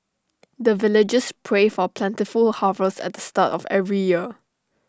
the villagers pray for plentiful harvest at the start of every year